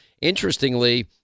interestingly